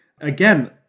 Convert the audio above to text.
Again